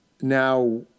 now